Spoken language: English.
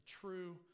true